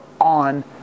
on